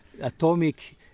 Atomic